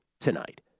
tonight